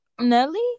nelly